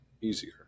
easier